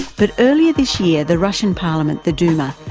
but earlier this year the russian parliament, the duma,